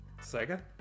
Sega